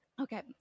okay